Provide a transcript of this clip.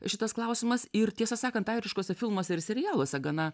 šitas klausimas ir tiesą sakant airiškuose filmuose ir serialuose gana